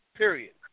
Period